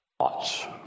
thoughts